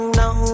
now